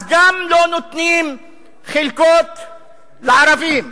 אז גם לא נותנים חלקות לערבים,